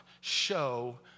show